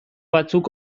batzuk